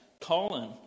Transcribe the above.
Colin